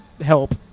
help